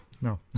No